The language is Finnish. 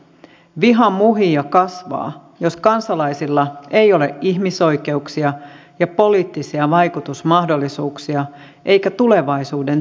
viha muhii ja kasvaa jos kansalaisilla ei ole ihmisoikeuksia ja poliittisia vaikutusmahdollisuuksia eikä tulevaisuuden toivoa